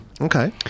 okay